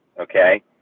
Okay